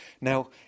Now